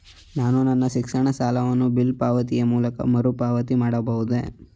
ನಾನು ನನ್ನ ಶಿಕ್ಷಣ ಸಾಲವನ್ನು ಬಿಲ್ ಪಾವತಿಯ ಮೂಲಕ ಮರುಪಾವತಿ ಮಾಡಬಹುದೇ?